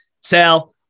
Sal